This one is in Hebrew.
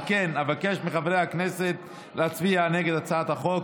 על כן אבקש מחברי הכנסת להצביע נגד הצעת החוק.